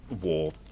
war